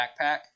backpack